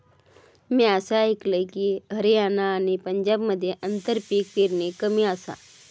म्या असा आयकलंय की, हरियाणा आणि पंजाबमध्ये आंतरपीक पेरणी कमी आसा